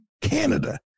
Canada